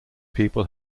people